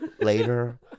later